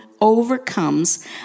overcomes